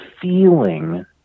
feeling